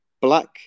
black